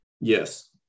Yes